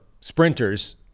sprinters